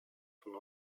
von